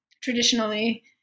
traditionally